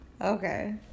Okay